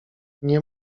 nie